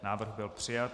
Návrh byl přijat.